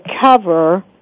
cover